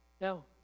Now